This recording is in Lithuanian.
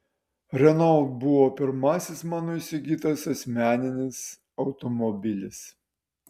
renault buvo pirmasis mano įsigytas asmeninis automobilis